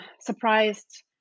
surprised